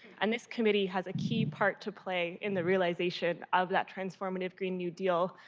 and this committee has a key part to play in the realization of that transformative green new deal.